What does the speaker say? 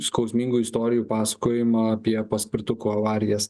skausmingų istorijų pasakojimą apie paspirtukų avarijas